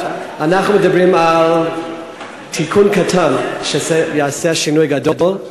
אנחנו מדברים על תיקון קטן שיעשה שינוי גדול,